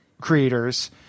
creators